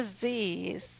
disease